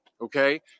Okay